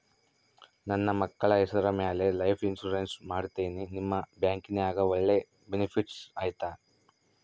ನನ್ನ ಮಕ್ಕಳ ಹೆಸರ ಮ್ಯಾಲೆ ಲೈಫ್ ಇನ್ಸೂರೆನ್ಸ್ ಮಾಡತೇನಿ ನಿಮ್ಮ ಬ್ಯಾಂಕಿನ್ಯಾಗ ಒಳ್ಳೆ ಬೆನಿಫಿಟ್ ಐತಾ?